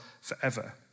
forever